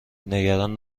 نگران